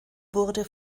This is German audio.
wurde